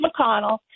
McConnell